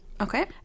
Okay